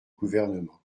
gouvernement